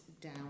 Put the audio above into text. down